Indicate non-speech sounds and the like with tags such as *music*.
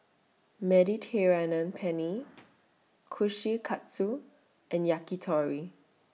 Mediterranean Penne *noise* Kushikatsu and Yakitori